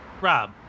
Rob